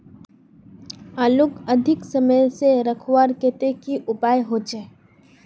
आलूक अधिक समय से रखवार केते की उपाय होचे?